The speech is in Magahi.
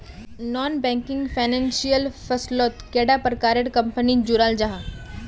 नॉन बैंकिंग फाइनेंशियल फसलोत कैडा प्रकारेर कंपनी जुराल जाहा?